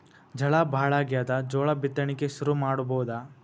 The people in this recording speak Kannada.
ಝಳಾ ಭಾಳಾಗ್ಯಾದ, ಜೋಳ ಬಿತ್ತಣಿಕಿ ಶುರು ಮಾಡಬೋದ?